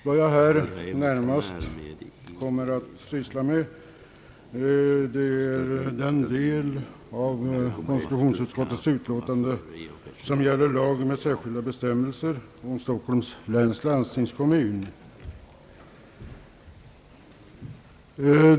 Herr talman! Jag kommer här närmast att syssla med den del av konstitutionsutskottets utlåtande som gäller lagen om särskilda bestämmelser för Stockholms läns landstingskommun.